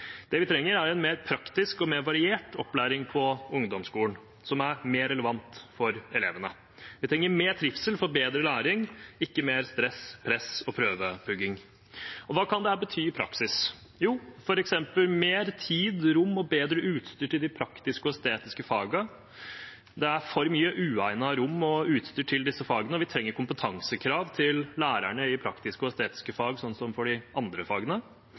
Det vi trenger, er en mer praktisk og variert opplæring på ungdomsskolen, som er mer relevant for elevene. Vi trenger mer trivsel for bedre læring, ikke mer stress, press og prøvepugging. Hva kan det bety i praksis? Jo, f.eks. mer tid, rom og bedre utstyr til de praktiske og estetiske fagene. Det er for mye uegnede rom og utstyr til disse fagene. Vi trenger også kompetansekrav til lærerne i praktiske og estetiske fag, sånn som for de andre fagene.